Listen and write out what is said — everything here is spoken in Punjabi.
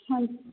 ਹਾਂ